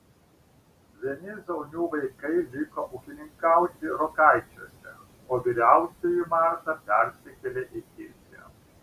vieni zaunių vaikai liko ūkininkauti rokaičiuose o vyriausioji marta persikėlė į tilžę